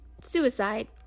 suicide